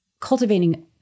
cultivating